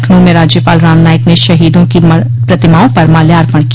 लखनऊ में राज्यपाल राम नाईक ने शहीदों की प्रतिमाओं पर माल्यार्पण किया